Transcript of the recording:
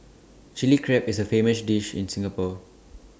Chilli Crab is A famous dish in Singapore